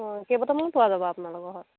অঁ কেইবটলমান পোৱা যাব আপোনালোকৰ ঘৰত